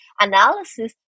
analysis